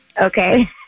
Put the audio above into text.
okay